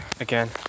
again